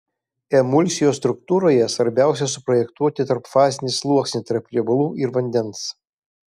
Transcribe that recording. emulsijos struktūroje svarbiausia suprojektuoti tarpfazinį sluoksnį tarp riebalų ir vandens